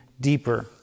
deeper